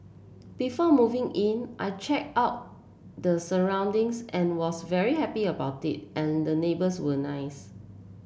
before moving in I checked out the surroundings and was very happy about it and the neighbours were nice